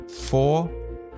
four